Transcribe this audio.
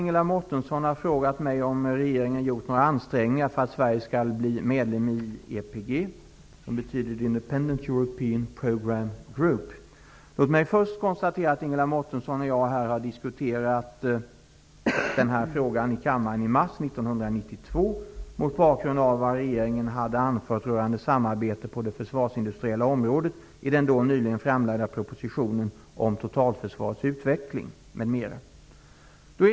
Ingela Mårtensson har frågat mig om regeringen gjort några ansträngningar för att Sverige skall bli medlem i IEPG .